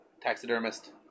Taxidermist